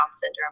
syndrome